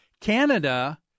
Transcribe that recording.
Canada